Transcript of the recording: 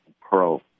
pro